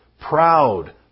proud